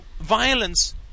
violence